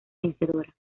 vencedora